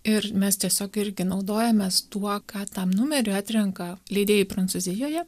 ir mes tiesiog irgi naudojamės tuo ką tam numerį atrenka leidėjai prancūzijoje